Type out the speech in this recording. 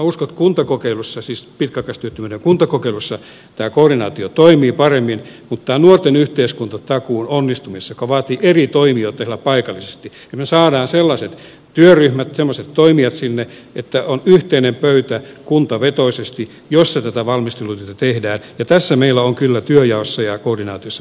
minä uskon että pitkäaikaistyöttömien kuntakokeilussa tämä koordinaatio toimii paremmin mutta tässä nuorten yhteiskuntatakuussa se vaatii eri toimijoita siellä paikallisesti että me saamme sellaiset työryhmät semmoiset toimijat sinne että on yhteinen pöytä kuntavetoisesti jossa tätä valmistelutyötä tehdään ja tässä meillä on kyllä työnjaossa ja koordinaatiossa parantamisen varaa